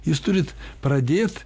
jūs turit pradėt